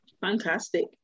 fantastic